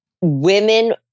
women